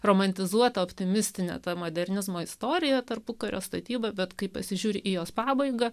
romantizuota optimistine ta modernizmo istoriją tarpukario statybą bet kai pasižiūri į jos pabaiga